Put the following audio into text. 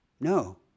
No